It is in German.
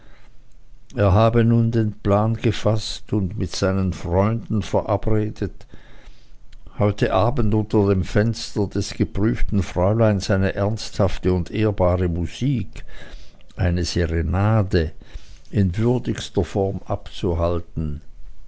er habe nun den plan gefaßt und mit seinen freunden verabredet heute abend unter dem fenster des geprüften fräuleins eine ernsthafte und ehrbare musik eine serenade in würdigster form abzuhalten